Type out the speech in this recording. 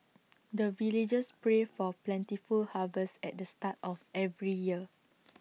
the villagers pray for plentiful harvest at the start of every year